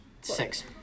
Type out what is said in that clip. Six